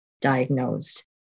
diagnosed